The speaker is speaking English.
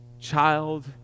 child